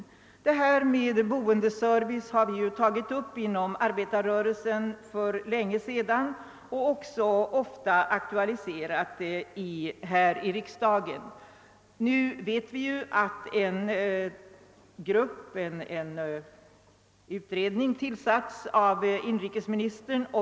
Detta med boendeservice har vi inom arbetarrörelsen tagit upp för länge sedan och även aktualiserat här i riksdagen. Vi vet att en utredning i frågan nu tillsatts av inrikesministern.